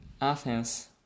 Athens